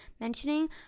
mentioning